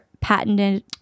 patented